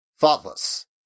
thoughtless